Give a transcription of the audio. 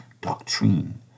doctrine